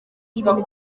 ibintu